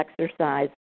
exercise